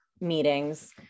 meetings